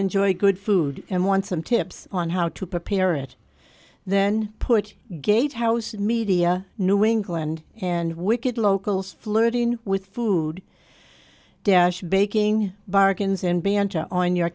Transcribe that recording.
enjoy good food and want some tips on how to prepare it then put gatehouse media new england and wicked locals flirting with food dash baking bargains and banter on your